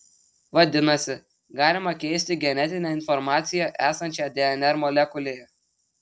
vadinasi galima keisti genetinę informaciją esančią dnr molekulėje